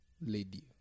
lady